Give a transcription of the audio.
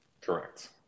Correct